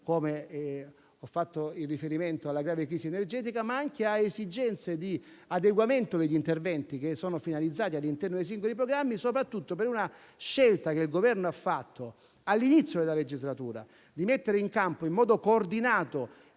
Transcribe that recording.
come ho fatto in riferimento alla grave crisi energetica, ma anche in base alle esigenze di adeguamento degli interventi finalizzati all'interno dei singoli programmi, soprattutto per la scelta che il Governo ha fatto, all'inizio della legislatura, di mettere in campo in modo coordinato